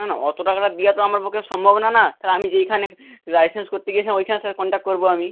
না না অত টাকাটা দেওয়া তো আমার পক্ষে সম্ভব না না তাহলে আমি যেইখানে লাইসেন্স করতে গেছিলাম ওইখানে স্যার কনট্যাক্ট করব আমি